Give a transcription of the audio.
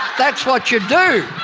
that's what you do.